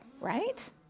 right